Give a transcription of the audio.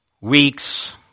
weeks